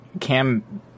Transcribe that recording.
Cam